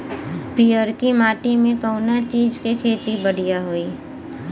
पियरकी माटी मे कउना चीज़ के खेती बढ़ियां होई?